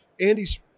Andy's